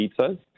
pizzas